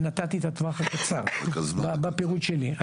ונתתי את הטווח הקצר בפרוט שלי.